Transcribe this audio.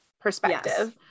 perspective